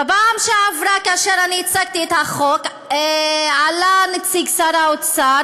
בפעם שעברה שהצגתי את החוק עלה נציג שר האוצר,